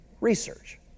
research